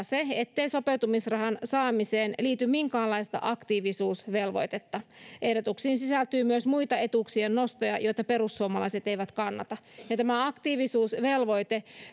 se ettei sopeutumisrahan saamiseen liity minkäänlaista aktiivisuusvelvoitetta ehdotuksiin sisältyy myös muita etuuksien nostoja joita perussuomalaiset eivät kannata tämä aktiivisuusvelvoite